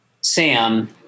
Sam